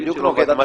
זה על ב, לא?